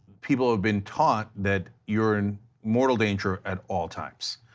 people have been taught that you're in mortal danger at all times,